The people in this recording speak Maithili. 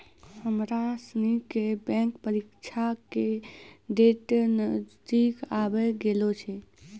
हमरा सनी के बैंक परीक्षा के डेट नजदीक आवी गेलो छै